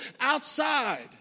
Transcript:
outside